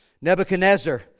Nebuchadnezzar